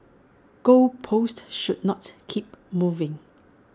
goal posts should not keep moving